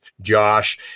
Josh